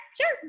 sure